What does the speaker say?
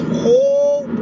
whole